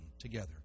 together